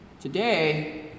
Today